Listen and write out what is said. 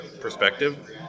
perspective